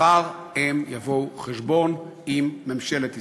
מחר הם יבואו חשבון עם ממשלת ישראל.